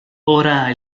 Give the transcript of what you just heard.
ora